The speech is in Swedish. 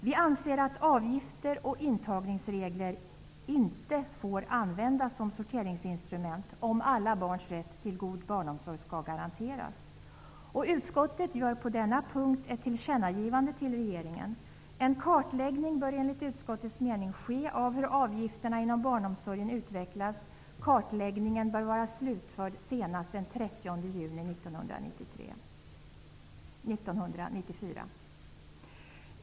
Vi anser att avgifter och intagningsregler inte får användas som sorteringsinstrument, om alla barns rätt till god barnomsorg skall garanteras. Utskottet gör på denna punkt ett tillkännagivande till regeringen. En kartläggning bör enligt utskottets mening ske av hur avgifterna inom barnomsorgen utvecklas. Kartläggningen bör vara slutförd senast den 30 juni 1994. Fru talman!